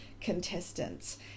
contestants